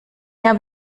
habe